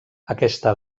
aquesta